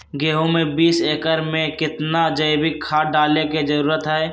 गेंहू में बीस एकर में कितना जैविक खाद डाले के जरूरत है?